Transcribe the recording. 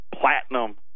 Platinum